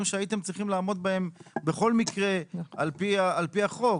שהייתם צריכים לעמוד בהם בכל מקרה על פי החוק.